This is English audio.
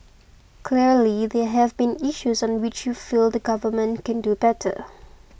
clearly there have been issues on which you feel the Government can do better